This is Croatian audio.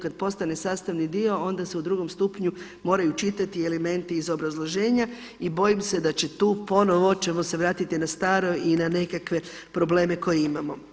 Kada postane sastavni dio onda se u drugom stupnju moraju čitati i elementi iz obrazloženja i bojim se da će tu ponovno ćemo se vratiti na staro i na nekakve probleme koje imamo.